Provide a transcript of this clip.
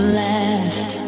last